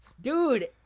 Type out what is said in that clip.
Dude